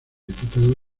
diputado